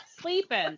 sleeping